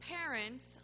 Parents